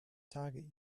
target